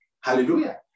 hallelujah